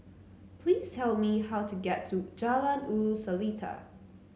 please tell me how to get to Jalan Ulu Seletar